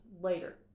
later